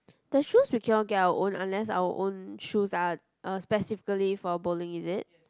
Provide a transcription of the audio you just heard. the shoes we cannot get our own unless our own shoes are uh specifically for bowling is it